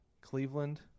Cleveland